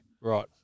Right